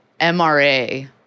MRA